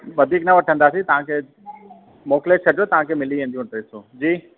वधीक न वठंदासीं तव्हांखे मोकिले छॾिजो तव्हांखे मिली वेंदियूं उहे ड्रेसूं जी